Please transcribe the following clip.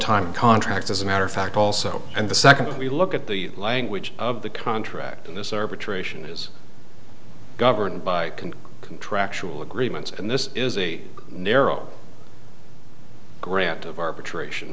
time contracts as a matter of fact also and the second we look at the language of the contract and this arbitration is governed by contractual agreements and this is a narrow grant of arbitration